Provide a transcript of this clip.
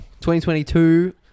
2022